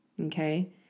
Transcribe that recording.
Okay